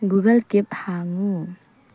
Google Keep ꯍꯥꯡꯎ